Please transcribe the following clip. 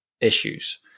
issues